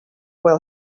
will